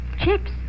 Chips